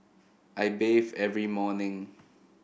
I bathe every morning